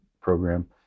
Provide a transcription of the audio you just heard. program